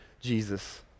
Jesus